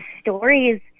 stories